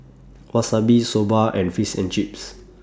Wasabi Soba and Fish and Chips